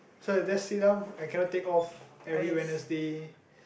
so that's it lor I cannot take off every Wednesday